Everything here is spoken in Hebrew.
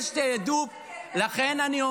יש תיעדוף, ישראל צריכה עוד חיילים.